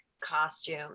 costume